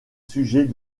sujets